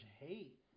hate